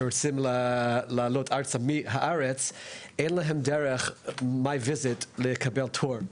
שרוצים לעלות ארצה מהארץ אין להם אופציה דרך MY VISIT לקבל תור,